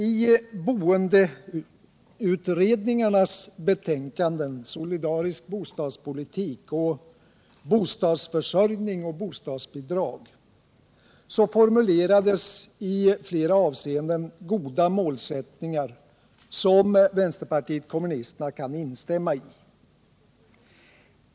I boendeutredningarnas betänkanden Solidarisk bostadspolitik och Bostadsförsörjning och bostadsbidrag formulerades i flera avseenden goda målsättningar som vpk kan instämma i.